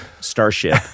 starship